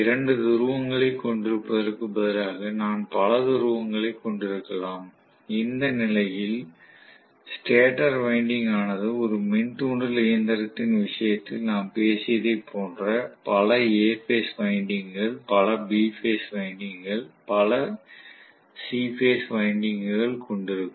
இரண்டு துருவங்களைக் கொண்டிருப்பதற்குப் பதிலாக நான் பல துருவங்களைக் கொண்டிருக்கலாம் இந்த நிலையில் ஸ்டேட்டர் வைண்டிங் ஆனது ஒரு மின் தூண்டல் இயந்திரத்தின் விஷயத்தில் நாம் பேசியதைப் போன்ற பல A பேஸ் வைண்டிங்க்குகள் பல B பேஸ் வைண்டிங்க்குகள்பல C பேஸ் வைண்டிங்க்குகள் கொண்டிருக்கும்